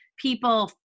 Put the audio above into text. people